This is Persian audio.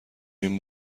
این